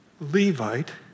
Levite